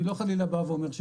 אני לא חלילה אומר שלא,